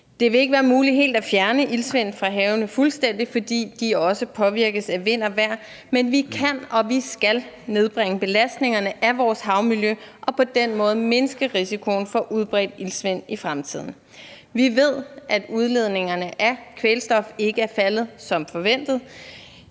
Det vil ikke være muligt at fjerne iltsvind fra havene fuldstændig, fordi de også påvirkes af vind og vejr, men vi kan og vi skal nedbringe belastningerne af vores havmiljø og på den måde mindske risikoen for udbredt iltsvind i fremtiden. Vi ved, at udledningerne af kvælstof ikke er faldet som forventet.